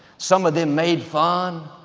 some of them made fun,